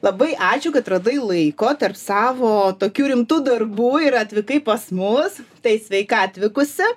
labai ačiū kad radai laiko tarp savo tokių rimtų darbų ir atvykai pas mus tai sveika atvykusi